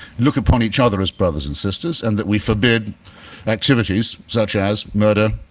look upon each other as brothers and sisters, and that we forbid activities such as murder,